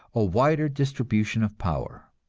a wider distribution of power.